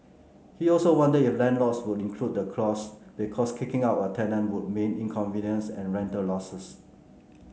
he also wondered if landlords would include the clause because kicking out a tenant would mean inconvenience and rental losses